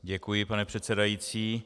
Děkuji, pane předsedající.